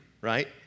right